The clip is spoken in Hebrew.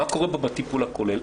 מה קורה בטיפול הכולל.